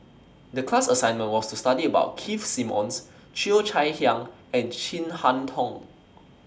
The class assignment was to study about Keith Simmons Cheo Chai Hiang and Chin Harn Tong